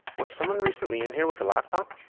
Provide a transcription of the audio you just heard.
was someone recently in here with a laptop?